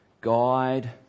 guide